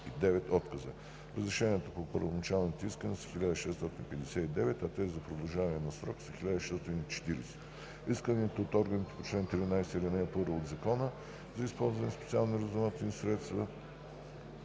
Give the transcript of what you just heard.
отказа. Разрешенията по първоначалните искания са 1659, а тези за продължаване на срока са 1640. Исканията от органите по чл. 13, ал. 1 от ЗСРС за използване на специални разузнавателни средства